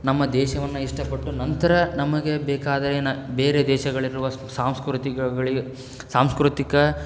ನಮ್ಮ ದೇಶವನ್ನು ಇಷ್ಟಪಟ್ಟು ನಂತರ ನಮಗೆ ಬೇಕಾದರೆ ನ ಬೇರೆ ದೇಶಗಳಿರುವ ಸಾಂಸ್ಕೃತಿಕಗಳಿಗೆ ಸಾಂಸ್ಕೃತಿಕ